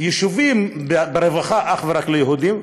יישובים ברווחה, אך ורק ליהודים.